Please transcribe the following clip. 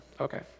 Okay